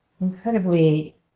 incredibly